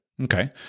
Okay